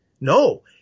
No